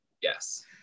Yes